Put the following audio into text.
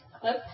clip